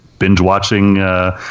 binge-watching